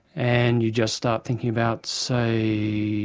and you just start thinking about say,